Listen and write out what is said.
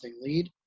lead